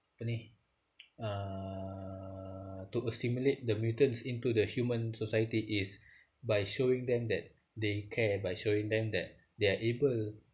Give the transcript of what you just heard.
apa ni uh to assimilate the mutants into the human society is by showing them that they care by showing them that they are able